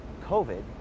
COVID